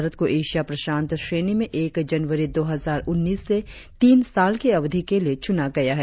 भारत को एशिया प्रशांत श्रेणी में एक जनवरी दो हजार उन्नीस से तीन साल की अवधि के लिए चुना गया है